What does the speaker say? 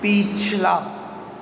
ਪਿਛਲਾ